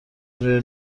روی